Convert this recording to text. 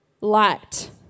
light